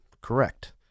correct